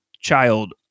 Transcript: child